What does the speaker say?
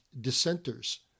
dissenters